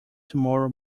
tomorrow